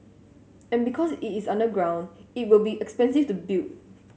and because it is underground it will be expensive to build